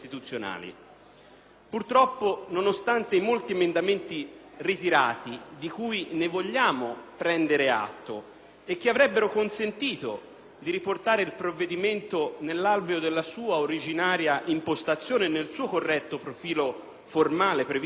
Purtroppo, nonostante i molti emendamenti ritirati, di cui vogliamo prendere atto, che avrebbero consentito di riportare il provvedimento nell’alveo della sua originaria impostazione e nel corretto profilo formale previsto dalle norme,